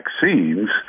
vaccines